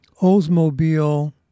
Oldsmobile